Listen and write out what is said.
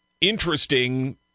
interesting